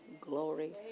glory